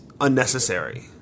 unnecessary